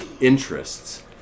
interests